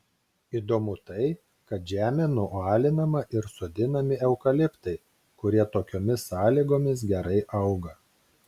įdomu tai kad žemė nualinama ir sodinami eukaliptai kurie tokiomis sąlygomis gerai auga